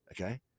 okay